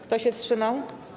Kto się wstrzymał?